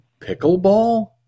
pickleball